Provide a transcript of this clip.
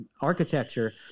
architecture